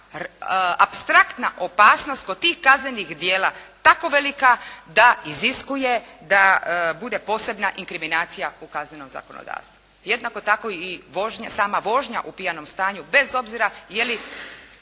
apstraktna opasnost kod tih kaznenih djela tako velika da iziskuje da bude posebna inkriminacija u kaznenom zakonodavstvu, jednako tako i sama vožnja u pijanom stanju bez obzira je li